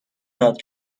یاد